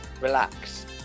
relax